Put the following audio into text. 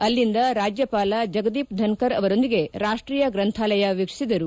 ಅಲ್ಲಿಂದ ರಾಜ್ಯಪಾಲ ಜಗದೀಪ್ ಧನ್ಮರ್ ಅವರೊಂದಿಗೆ ರಾಷ್ಷೀಯ ಗ್ರಂಥಾಲಯ ವೀಕ್ಷಿಸಿದರು